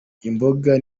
imboga